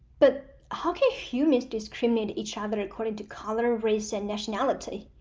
but how can humans discriminate each other according to color, race, and nationality?